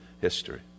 history